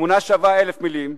תמונה שווה אלף מלים.